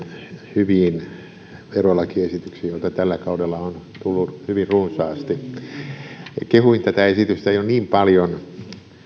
hyviin verolakiesityksiin joita tällä kaudella on tullut hyvin runsaasti kehuin tätä esitystä niin paljon jo